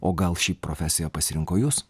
o gal ši profesija pasirinko jus